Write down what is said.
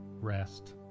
rest